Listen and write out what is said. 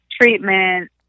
treatment